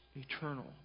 eternal